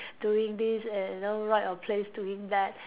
doing this and you know right or place doing that